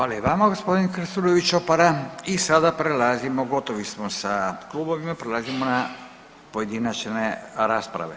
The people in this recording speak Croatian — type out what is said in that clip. Hvala i vama gospodine Krstulović-Opara i sada prelazimo gotovi smo sa klubovima, prelazimo na pojedinačne rasprave.